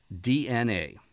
DNA